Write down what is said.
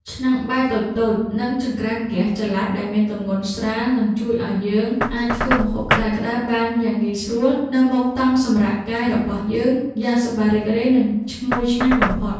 ឆ្នាំងបាយតូចៗ និង ចង្ក្រានហ្គាសចល័តដែលមានទម្ងន់ស្រាលនឹងជួយឱ្យយើងអាចធ្វើម្ហូបក្តៅៗបានយ៉ាងងាយស្រួលនៅមុខតង់សម្រាកកាយរបស់យើងយ៉ាងសប្បាយរីករាយ និង ឈ្ងុយឆ្ងាញ់បំផុត។